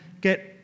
get